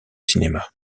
cinéma